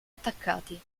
attaccati